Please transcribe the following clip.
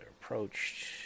approached